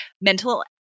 mental